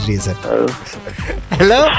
Hello